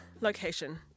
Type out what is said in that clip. location